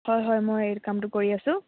হয় হয় মই এই কামটো কৰি আছোঁ